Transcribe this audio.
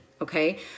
Okay